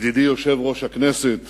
ידידי יושב-ראש הכנסת